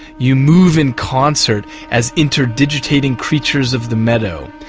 you move in concert as interdigitating creatures of the meadow,